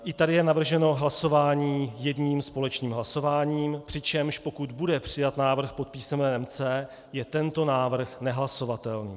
I tady je navrženo hlasováním jedním společným hlasováním, přičemž pokud bude přijat návrh pod písmenem C, je tento návrh nehlasovatelný.